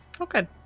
Okay